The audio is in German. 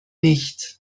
nicht